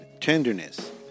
tenderness